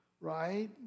right